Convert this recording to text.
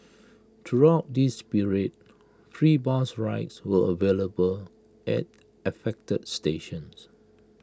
throughout this period free bus rides were available at affected stations